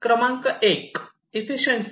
क्रमांक 1 इफिशियंशी